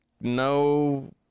No